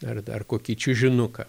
ar dar kokį čiužinuką